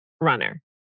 runner